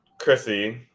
Chrissy